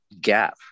gap